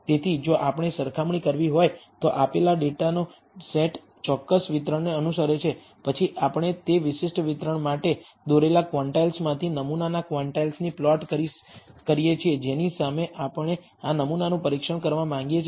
તેથી જો આપણે સરખામણી કરવી હોય તો આપેલ ડેટાનો સેટ ચોક્કસ વિતરણને અનુસરે છે પછી આપણે તે વિશિષ્ટ વિતરણ માટે દોરેલા ક્વોન્ટાઇલ્સમાંથી નમૂનાના ક્વોન્ટાઇલ્સની પ્લોટ કરીએ છીએ જેની સામે આપણે આ નમૂનાનું પરીક્ષણ કરવા માંગીએ છીએ